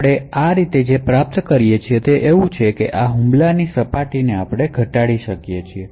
આપણે આ દ્વારા જે પ્રાપ્ત કરીએ છીએ તે એ છે કે આપણે હુમલાની સપાટીમાં તીવ્ર ઘટાડો કરી રહ્યા છીએ